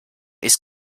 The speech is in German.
ist